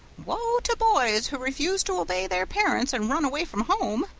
woe to boys who refuse to obey their parents and run away from home!